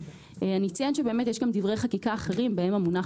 אני אציין שיש כאן דברי חקיקה אחרים בהם המונח